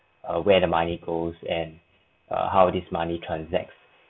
err where the money goes and err how this money transact